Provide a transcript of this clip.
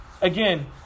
again